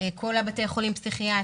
כל בתי החולים הפסיכיאטריים.